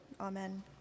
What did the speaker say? Amen